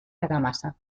argamasa